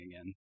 again